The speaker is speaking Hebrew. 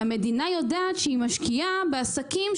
המדינה יודעת שהיא משקיעה בעסקים,